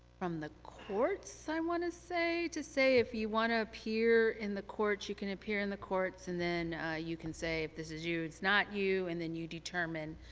from the courts, i want to say, to say if you want to appear in the courts you can appear in the courts and then you can say if this is you, it's not you, and then you determine